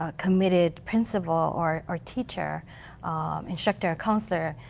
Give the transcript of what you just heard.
ah committed principal or or teacher instructor, counselor,